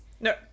No